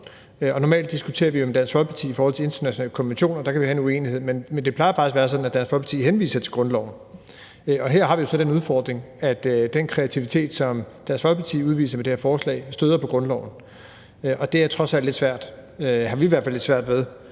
Normalt diskuterer vi jo de internationale konventioner med Dansk Folkeparti. Der kan vi have en uenighed. Men det plejer faktisk at være sådan, at Dansk Folkeparti henviser til grundloven. Her har vi jo så den udfordring, at den kreativitet, som Dansk Folkeparti udviser med det her forslag, støder på grundloven. Vi har i hvert fald lidt svært ved